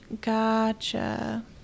Gotcha